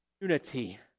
Unity